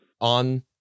on